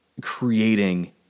creating